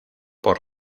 por